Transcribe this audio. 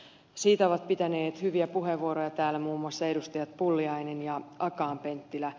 siitä ovat pitäneet hyviä puheenvuoroja täällä muun muassa edustajat pulliainen ja akaan penttilä